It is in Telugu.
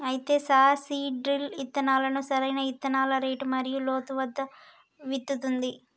అయితే సార్ సీడ్ డ్రిల్ ఇత్తనాలను సరైన ఇత్తనాల రేటు మరియు లోతు వద్ద విత్తుతుంది